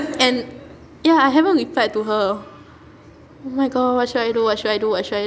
and ya I haven't replied to her oh my god what should I do what should I do what should I